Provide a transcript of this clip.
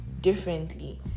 differently